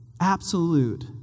Absolute